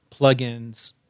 plugins